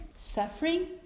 suffering